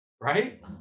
right